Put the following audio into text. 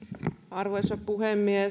arvoisa puhemies